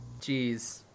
Jeez